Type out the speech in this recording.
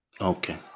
Okay